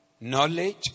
knowledge